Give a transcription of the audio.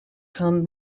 gaan